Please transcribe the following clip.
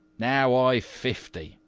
now i've fifty,